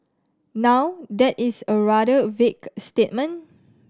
now that is a rather vague statement